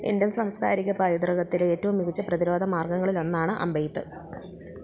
Indian സാംസ്കാരിക പൈതൃകത്തിലെ ഏറ്റവും മികച്ച പ്രതിരോധ മാർഗങ്ങളിലൊന്നാണ് അമ്പെയ്ത്ത്